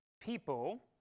people